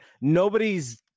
nobody's